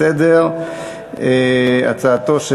לסדר-היום מס'